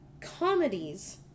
Comedies